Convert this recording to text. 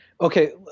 Okay